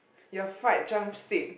your fried drum stick